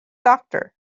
doctor